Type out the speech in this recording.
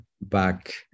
back